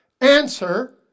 answer